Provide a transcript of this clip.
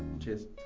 Cheers